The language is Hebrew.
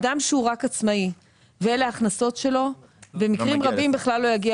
אדם שהוא רק עצמאי ואלה ההכנסות שלו במקרים רבים בכלל לא יגיע